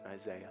Isaiah